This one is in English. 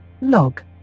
Log